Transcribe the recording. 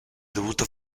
dovuto